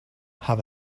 have